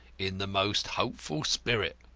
in the most hopeful spirit,